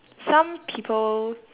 some people